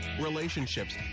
relationships